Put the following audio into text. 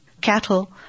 cattle